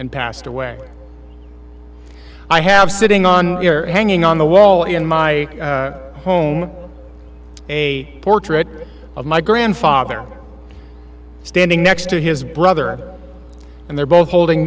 and passed away i have sitting on your hanging on the wall in my home a portrait of my grandfather standing next to his brother and they're both holding